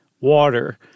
water